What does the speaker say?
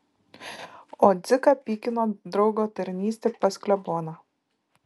o dziką pykino draugo tarnystė pas kleboną